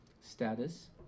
Status